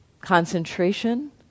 concentration